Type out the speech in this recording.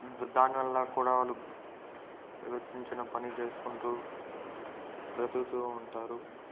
దాని వల్ల కూడా వాళ్ళు ఏదో చిన్న చిన్న పని చేసుకుంటూ బ్రతుకుతూ ఉంటారు